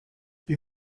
wie